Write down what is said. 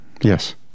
yes